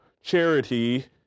Charity